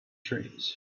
trees